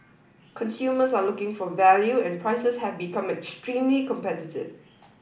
consumers are looking for value and prices have become extremely competitive